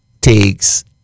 takes